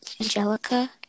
Angelica